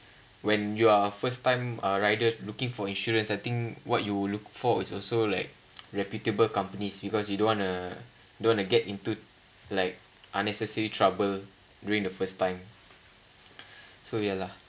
when you are first time uh rider looking for insurance I think what you look for is also like reputable companies because you don't want a don't want to get into like unnecessary trouble during the first time so ya lah